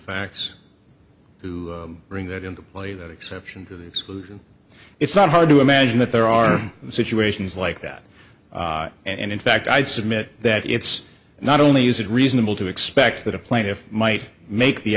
facts to bring that into play that exception to the exclusion it's not hard to imagine that there are situations like that and in fact i submit that it's not only is it reasonable to expect that a plaintiff might make the